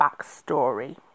backstory